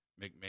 McMahon